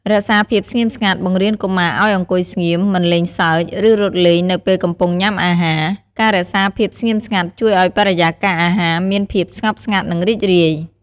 រក្សាភាពស្ងៀមស្ងាត់ បង្រៀនកុមារឲ្យអង្គុយស្ងៀម មិនលេងសើច ឬរត់លេងនៅពេលកំពុងញ៉ាំអាហារ ការរក្សាភាពស្ងៀមស្ងាត់ជួយឲ្យបរិយាកាសអាហារមានភាពស្ងប់ស្ងាត់ និងរីករាយ។